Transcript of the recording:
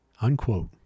unquote